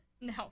No